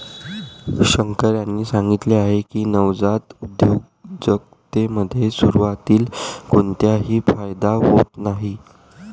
शंकर यांनी सांगितले की, नवजात उद्योजकतेमध्ये सुरुवातीला कोणताही फायदा होत नाही